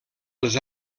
els